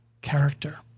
character